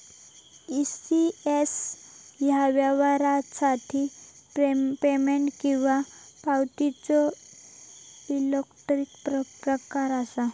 ECS ह्या व्यवहारासाठी payment किंवा पावतीचो इलेक्ट्रॉनिक प्रकार असा